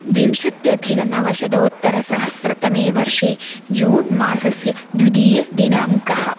विंशत्यधिक नवशतोत्तरसहस्रतमे वर्षे जून् मासस्य द्वितीयदिनाङ्कः